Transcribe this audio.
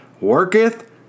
worketh